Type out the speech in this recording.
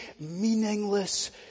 meaningless